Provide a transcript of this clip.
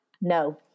No